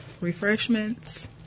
refreshments